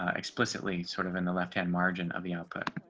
ah explicitly sort of in the left hand margin of the output.